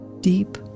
deep